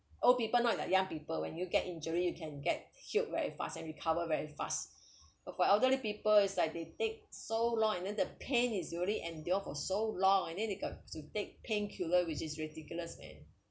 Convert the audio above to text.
old people not like young people when you get injury you can get healed very fast and recover very fast but for elderly people is like they take so long and then the pain is you already endure for so long and then they got to take painkiller which is ridiculous man